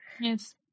Yes